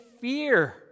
fear